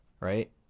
right